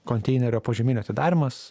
konteinerio požeminio atidarymas